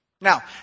Now